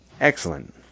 Excellent